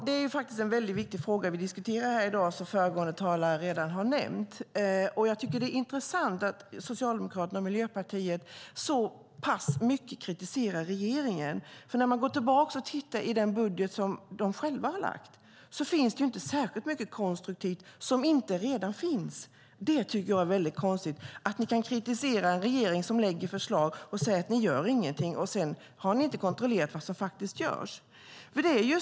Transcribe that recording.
Fru talman! Det är en väldigt viktig fråga vi diskuterar här i dag, som föregående talare redan har nämnt. Det är intressant att Socialdemokraterna och Miljöpartiet så pass mycket kritiserar regeringen. När man går tillbaka och tittar i den budget som de själva har lagt fram finns det inte särskilt mycket konstruktivt som inte redan finns. Det är väldigt konstigt att ni kan kritisera en regering som lägger fram förslag och säga: Ni gör ingenting, och sedan har ni inte kontrollerat vad som görs.